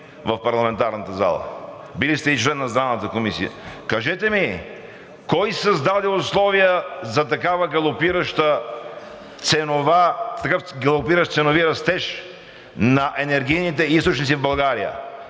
в парламентарната зала, били сте и член на Здравната комисия, кажете ми кой създаде условия за такъв галопиращ ценови растеж на енергийните източници в България?